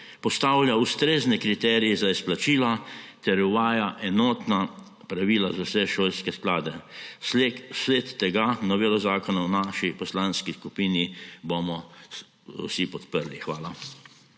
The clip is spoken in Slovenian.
postavlja ustrezne kriterije za izplačila ter uvaja enotna pravila za vse šolske sklade. Vsled tega bomo v naši poslanski skupini novelo zakona vsi podprli. Hvala.